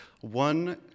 one